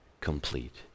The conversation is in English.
complete